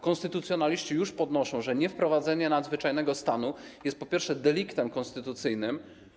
Konstytucjonaliści już podnoszą, że niewprowadzenie nadzwyczajnego stanu jest, po pierwsze, deliktem konstytucyjnym.